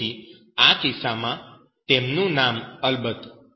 તેથી આ કિસ્સામાં તેનું નામ અલબત્ત